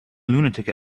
lunatic